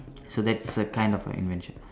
so that's a kind of err invention